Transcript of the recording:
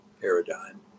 paradigm